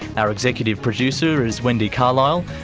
our executive producer is wendy carlisle,